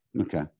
Okay